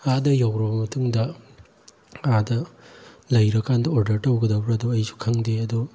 ꯑꯥꯗ ꯌꯧꯔꯕ ꯃꯇꯨꯡꯗ ꯑꯥꯗ ꯂꯩꯔꯒ ꯀꯥꯟꯗ ꯑꯣꯔꯗꯔ ꯇꯧꯒꯗꯕ꯭ꯔ ꯑꯗꯨ ꯑꯩꯁꯨ ꯈꯪꯗꯦ ꯑꯗꯨ